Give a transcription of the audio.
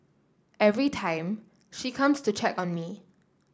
every time she comes to check on me